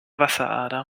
wasserader